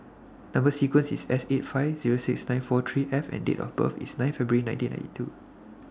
Number sequence IS S eight five Zero six nine four three F and Date of birth IS nine February nineteen ninety two